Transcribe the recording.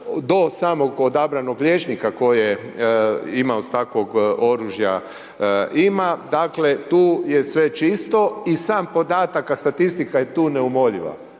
do samog odabranog liječnika koje ima od takvog oružja ima. Dakle tu je sve čisto. I sam podatak a statistika je tu neumoljiva,